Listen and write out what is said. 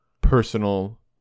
personal